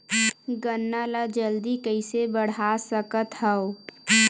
गन्ना ल जल्दी कइसे बढ़ा सकत हव?